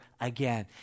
again